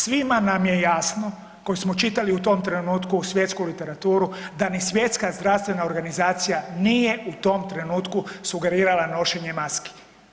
Svima nam je jasno koji smo čitali u tom trenutku svjetsku literaturu da ni Svjetska zdravstvena organizacija nije u tom trenutku sugerirala nošenje maski.